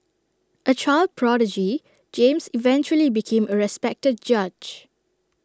A child prodigy James eventually became A respected judge